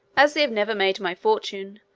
as they have never made my fortune,